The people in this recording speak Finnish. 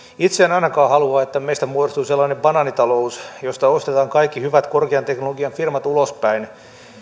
itse en ainakaan halua että meistä muodostuu sellainen banaanitalous jossa ostetaan kaikki hyvät korkean teknologian firmat ulospäin